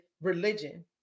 religion